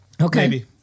Okay